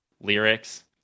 lyrics